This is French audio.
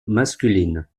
masculine